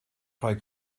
rhoi